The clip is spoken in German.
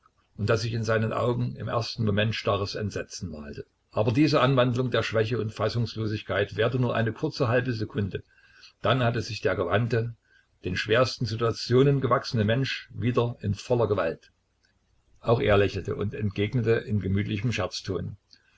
und daß sich in seinen augen im ersten moment starres entsetzen malte aber diese anwandlung der schwäche und fassungslosigkeit währte nur eine kurze halbe sekunde dann hatte sich der gewandte den schwersten situationen gewachsene mensch wieder in voller gewalt auch er lächelte und entgegnete in gemütlichem